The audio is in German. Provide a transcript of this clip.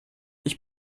ich